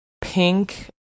pink